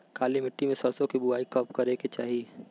काली मिट्टी में सरसों के बुआई कब करे के चाही?